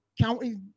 county